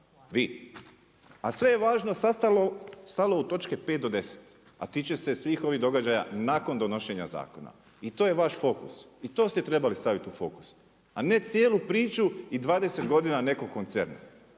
vi. A sve je važno stalo u točke 5 do 10, a tiče se svih ovih događaja nakon donošenja zakona i to je vaš fokus i to ste trebali staviti u fokus. A ne cijelu priču i 20 godina nekog koncerna.